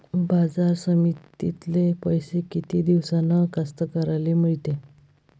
बाजार समितीतले पैशे किती दिवसानं कास्तकाराइले मिळते?